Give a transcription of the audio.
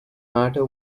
matter